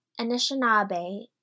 Anishinaabe